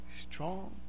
strong